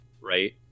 right